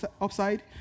upside